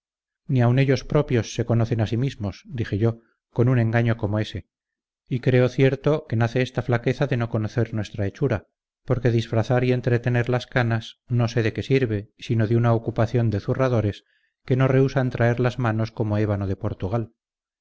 ni aun ellos propios se conocen a sí mismos dije yo con un engaño como ese y creo cierto que nace esta flaqueza de no conocer nuestra hechura porque disfrazar y entretener las canas no sé de que sirve sino de una ocupación de zurradores que no rehúsan traer las manos como ébano de portugal